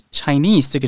Chinese